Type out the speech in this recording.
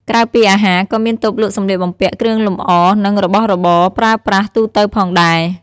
ក្រៅពីអាហារ ក៏មានតូបលក់សម្លៀកបំពាក់ គ្រឿងលម្អ និងរបស់របរប្រើប្រាស់ទូទៅផងដែរ។